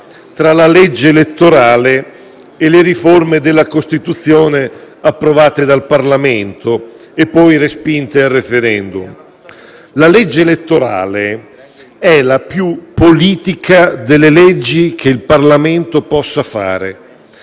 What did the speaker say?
La legge elettorale è la più politica delle leggi che il Parlamento possa approvare ed è per questo che ha sempre rappresentato uno snodo decisivo del dibattito e del confronto politico.